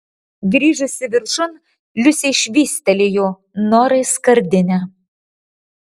grįžusi viršun liusė švystelėjo norai skardinę